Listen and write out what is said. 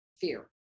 fear